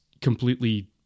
completely